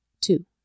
two